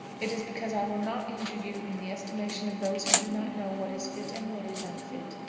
it is because i will not injure you in the estimation of those who do not know what is fit and what is unfit.